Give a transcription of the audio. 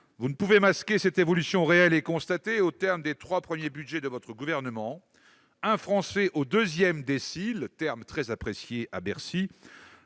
en revanche masquer cette évolution réelle et constatée : au terme des trois premiers budgets de votre gouvernement, un Français au deuxième décile- terme très apprécié à Bercy